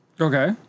Okay